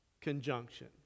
conjunction